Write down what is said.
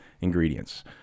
ingredients